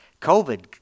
COVID